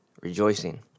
rejoicing